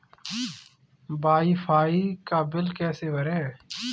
Wi fi का bill कैसे भरें?